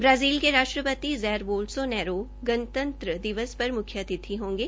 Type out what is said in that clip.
Brazil के राष्ट्रपति Jair Bolsonaro गणतंत्र दिवस पर मुख्य अतिथि होंगे